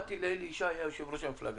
באתי לאלי ישי, היה יושב ראש המפלגה,